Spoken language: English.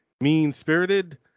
mean-spirited